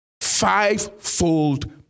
Five-fold